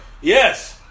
Yes